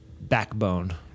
backbone